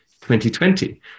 2020